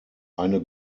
eine